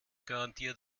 garantiert